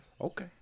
Okay